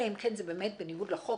אלא אם כן באמת זה בניגוד לחוק,